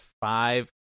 five